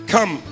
Come